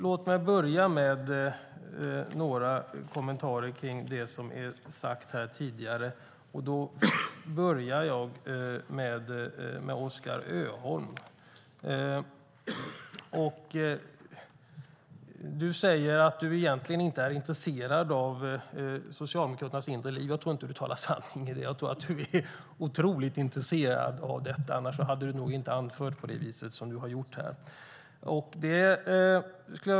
Låt mig kommentera något av det som har sagts här tidigare. Jag börjar med Oskar Öholm. När du säger att du egentligen inte är intresserad av Socialdemokraternas inre liv tror jag inte att du talar sanning. Jag tror att du är otroligt intresserad av det, för annars hade du nog inte uttryckt dig som du gjorde.